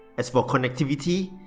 as for connectivity,